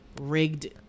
rigged